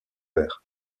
vert